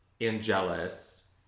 angelus